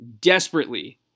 desperately